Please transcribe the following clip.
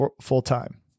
full-time